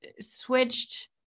switched